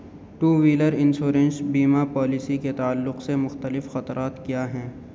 to wheeler insurance بیمہ policy کے تعلق سے مختلف خطرات کیا ہیں